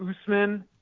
Usman